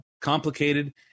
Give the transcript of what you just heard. complicated